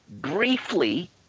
briefly